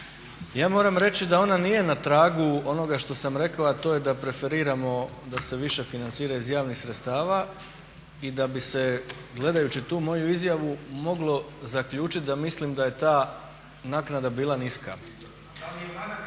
ja moram reći da ona nije na tragu onoga što sam rekao, a to je da preferiramo da se više financira iz javnih sredstava i da bi se gledajući tu moju izjavu moglo zaključiti da mislim da je ta naknada bila niska. … /Upadica